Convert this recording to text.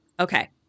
Okay